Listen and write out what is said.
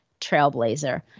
trailblazer